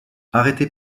arrêté